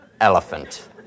elephant